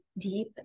deep